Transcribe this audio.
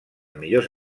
millors